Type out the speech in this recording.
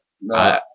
No